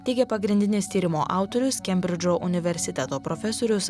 teigia pagrindinis tyrimo autorius kembridžo universiteto profesorius